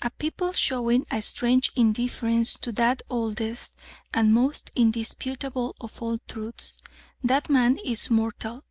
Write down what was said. a people showing a strange indifference to that oldest and most indisputable of all truths that man is mortal,